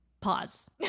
Pause